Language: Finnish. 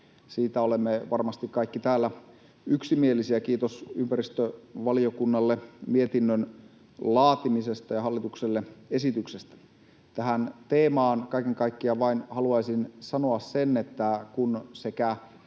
siitä olemme varmasti kaikki täällä yksimielisiä. Kiitos ympäristövaliokunnalle mietinnön laatimisesta ja hallitukselle esityksestä. Tähän teemaan kaiken kaikkiaan vain haluaisin sanoa sen, että kun sekä